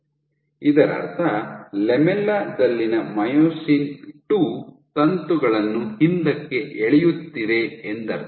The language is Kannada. ಇದರರ್ಥ ಲ್ಯಾಮೆಲ್ಲಾ ದಲ್ಲಿನ ಮೈಯೋಸಿನ್ II ತಂತುಗಳನ್ನು ಹಿಂದಕ್ಕೆ ಎಳೆಯುತ್ತಿದೆ ಎಂದರ್ಥ